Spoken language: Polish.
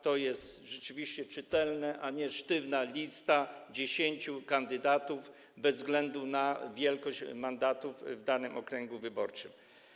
To jest rzeczywiście czytelne, a nie sztywna lista 10 kandydatów bez względu na liczbę mandatów w danym okręgu wyborczym.